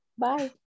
Bye